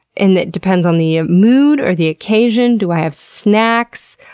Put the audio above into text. and it depends on the mood or the occasion. do i have snacks?